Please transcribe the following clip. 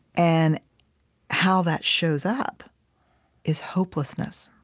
and how that shows up is hopelessness.